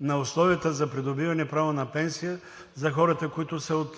на условията за придобиване право на пенсия за хората, които са от